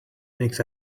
makes